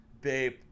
babe